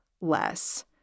less